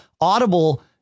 Audible